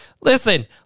Listen